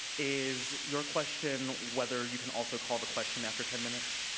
is your question whether you can also call the question after ten minutes?